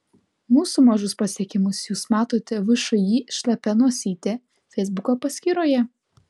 mūsų mažus pasiekimus jūs matote všį šlapia nosytė feisbuko paskyroje